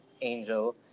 angel